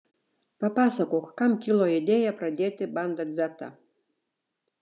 papasakok kam kilo idėja pradėti banda dzetą